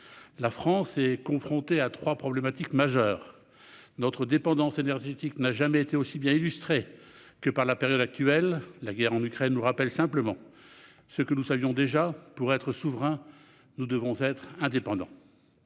La France doit faire face à trois défis majeurs. Notre dépendance énergétique n'a jamais été aussi bien illustrée que dans la période actuelle. La guerre en Ukraine nous rappelle simplement ce que nous savions déjà : pour être souverains, nous devons être indépendants.